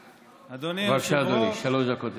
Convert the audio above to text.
אדוני, שלוש דקות לרשותך.